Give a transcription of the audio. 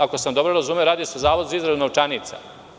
Ako sam dobro razumeo, radi se o Zavodu za izradu novčanica?